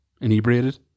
inebriated